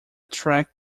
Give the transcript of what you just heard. track